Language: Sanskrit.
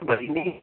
भगिनी